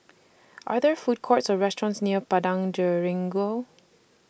Are There Food Courts Or restaurants near Padang Jeringau